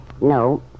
No